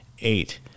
eight